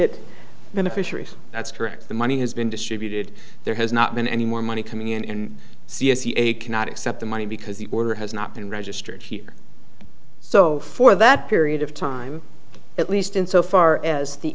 beneficiaries that's correct the money has been distributed there has not been any more money coming in c s e a cannot accept the money because the order has not been registered here so for that period of time at least in so far as the